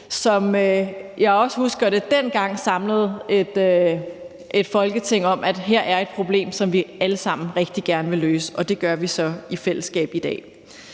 som jeg også husker det, dengang samlede et Folketing om, at der her var et problem, som vi alle sammen rigtig gerne ville løse, og det gør vi så i fællesskab i dag.